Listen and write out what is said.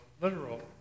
literal